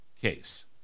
case